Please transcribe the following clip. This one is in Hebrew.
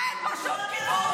אין פה שום כיבוש.